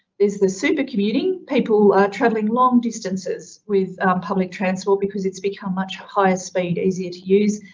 there's the super commuting people traveling long distances with public transport because it's become much higher speed, easier to use.